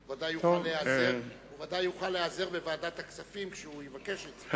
הוא בוודאי יוכל להיעזר בוועדת הכספים כשהוא יבקש את זה.